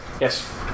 Yes